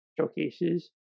showcases